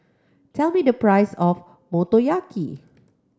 tell me the price of Motoyaki